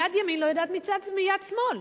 יד ימין לא יודעת מיד שמאל.